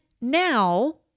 now